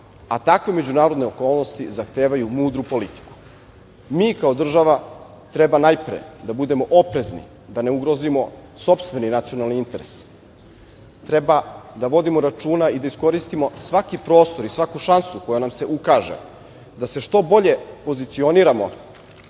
Takve međunarodne okolnosti zahtevaju mudru politiku. Mi kao država treba najpre da budemo oprezni da ne ugrozimo sopstveni nacionalni interes. Treba da vodimo računa i da iskoristimo svaki prostor i svaku šansu koja nam se ukaže da se što bolje pozicioniramo